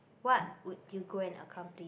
what would you go and accomplish